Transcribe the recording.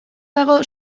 dago